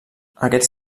aquests